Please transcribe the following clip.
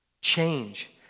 Change